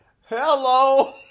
hello